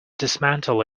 dismantle